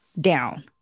down